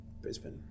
Brisbane